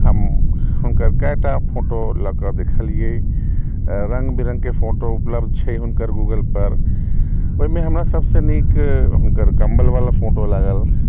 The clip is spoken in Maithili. हम हुनकर कए टा फोटो लअके देखलियै रङ्ग विरङ्गके फोटो उपलब्ध छै हुनकर गूगलपर ओइमे हमरा सबसँ नीक हुनकर कम्बलवला फोटो लागल